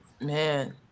Man